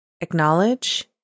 acknowledge